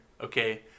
Okay